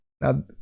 Now